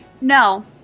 no